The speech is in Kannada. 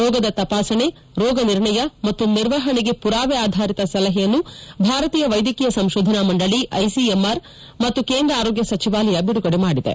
ರೋಗದ ತಪಾಸಣೆ ರೋಗನಿರ್ಣಯ ಮತ್ತು ನಿರ್ವಹಣೆಗೆ ಪುರಾವೆ ಆಧಾರಿತ ಸಲಹೆಯನ್ನು ಭಾರತೀಯ ವೈದ್ಯಕೀಯ ಸಂಶೋಧನಾ ಮಂಡಳಿ ಐಸಿಎಂಆರ್ ಮತ್ತು ಕೇಂದ್ರ ಆರೋಗ್ಲ ಸಚಿವಾಲಯ ಬಿಡುಗಡೆ ಮಾಡಿದೆ